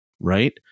right